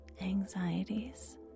anxieties